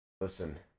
listen